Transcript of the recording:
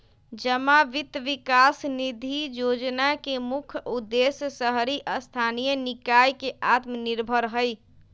जमा वित्त विकास निधि जोजना के मुख्य उद्देश्य शहरी स्थानीय निकाय के आत्मनिर्भर हइ